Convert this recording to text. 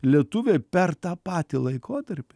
lietuviai per tą patį laikotarpį